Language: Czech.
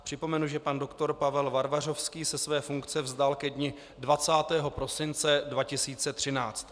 Připomenu, že pan doktor Pavel Varvařovský se své funkce vzdal ke dni 20. prosince 2013.